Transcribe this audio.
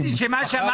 מה שאמר